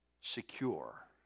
secure